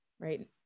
right